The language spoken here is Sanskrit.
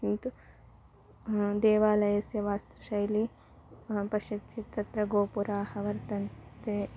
किन्तु देवालयस्य वास्तुशैलीं पश्यति तत्र गोपुराः वर्तन्ते